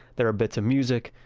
there are bits of music,